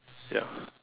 ya